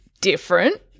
different